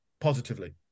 positively